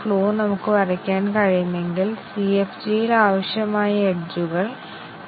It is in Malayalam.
അതിനാൽ അത് കണ്ടിഷൻ അല്ലെങ്കിൽ ഡിസിഷൻ കവറേജ് എന്നറിയപ്പെടുന്നു